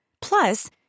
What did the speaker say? Plus